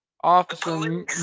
Officer